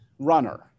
runner